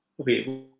okay